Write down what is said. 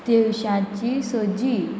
तवशाची सजी